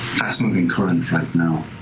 fast-moving current right now.